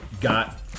got